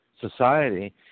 society